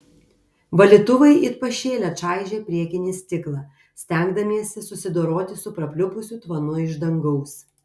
valytuvai it pašėlę čaižė priekinį stiklą stengdamiesi susidoroti su prapliupusiu tvanu iš dangaus